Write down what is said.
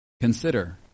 consider